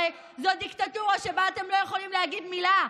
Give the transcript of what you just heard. הרי זו דיקטטורה שבה אתם לא יכולים להגיד מילה,